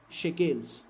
shekels